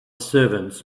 servants